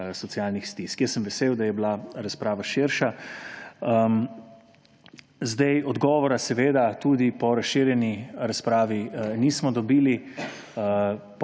socialnih stisk. Vesel sem, da je bila razprava širša. Odgovora seveda tudi po razširjeni razpravi nismo dobili,